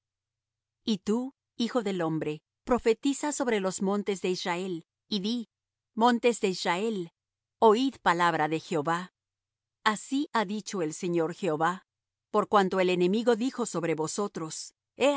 y tu hijo del hombre profetiza sobre los montes de israel y di montes de israel oid palabra de jehová así ha dicho el señor jehová por cuanto el enemigo dijo sobre vosotros